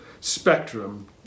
spectrum